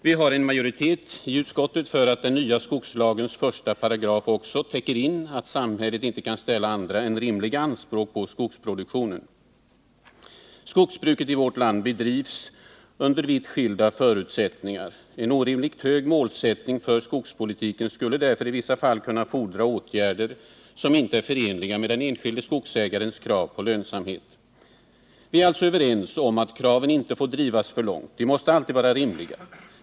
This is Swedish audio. Vi har en majoritet i utskottet för att den nya skogsvårdslagens första paragraf också täcker in att samhället inte kan ställa annat än rimliga anspråk på skogsproduktionen. Skogsbruket i vårt land bedrivs under vitt skilda förutsättningar. En orimligt hög målsättning för skogspolitiken skulle därför i vissa fall kunna fordra åtgärder som inte är förenliga med den enskilde skogsägarens krav på lönsamhet. Vi är alltså överens om att kraven inte får drivas för långt. De måste alltid vara rimliga.